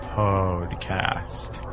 podcast